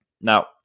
Now